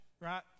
right